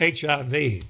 HIV